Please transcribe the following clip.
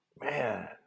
man